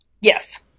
Yes